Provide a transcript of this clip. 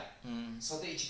um